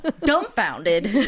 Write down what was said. dumbfounded